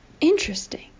interesting